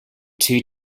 two